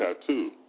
tattoo